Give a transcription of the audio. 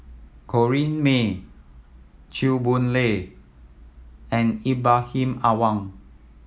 Corrinne May Chew Boon Lay and Ibrahim Awang